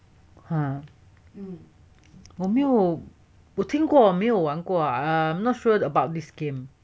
嗯我没有我听过没有玩过 um I'm not sure about this game